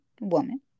woman